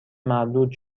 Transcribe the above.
مردود